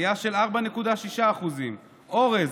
עלייה של 4.6%; אורז,